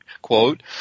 Quote